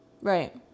Right